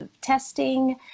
testing